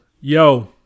Yo